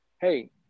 Hey